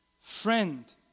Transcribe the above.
friend